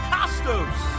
Costos